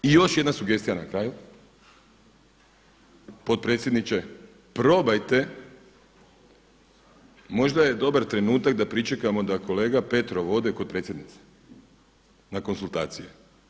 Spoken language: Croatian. I još jedna sugestija na kraju, potpredsjedniče probajte možda je dobar trenutak da pričekamo da kolega Petrov ode kod predsjednice na konzultacije.